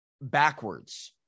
backwards